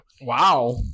wow